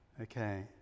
okay